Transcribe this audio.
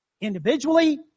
Individually